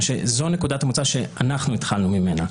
שזו נקודת המוצא שאנחנו התחלנו ממנה.